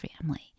family